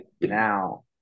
now